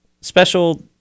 special